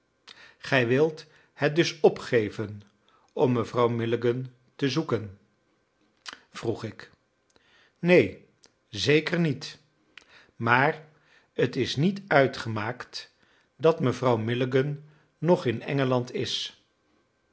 gij wilt het dus opgeven om mevrouw milligan te zoeken vroeg ik neen zeker niet maar t is niet uitgemaakt dat mevrouw milligan nog in engeland is